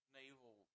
naval